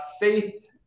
faith